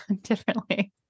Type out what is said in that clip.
differently